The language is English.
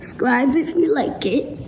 subscribe if you like it.